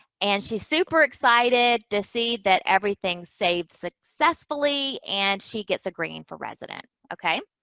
and she's super excited to see that everything saved successfully. and she gets a green for resident, okay?